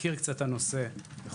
גם